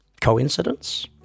Coincidence